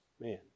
man